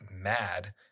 mad